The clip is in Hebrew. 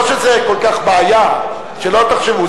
לא שזה כל כך בעיה, שלא תחשבו.